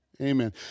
Amen